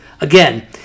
Again